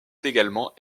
également